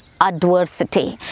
adversity